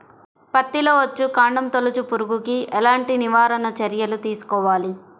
పత్తిలో వచ్చుకాండం తొలుచు పురుగుకి ఎలాంటి నివారణ చర్యలు తీసుకోవాలి?